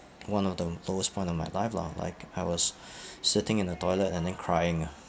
one of the lowest point of my life lah like I was sitting in the toilet and then crying ah